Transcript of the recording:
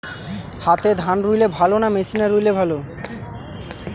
হাতে ধান রুইলে ভালো না মেশিনে রুইলে ভালো?